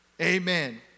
Amen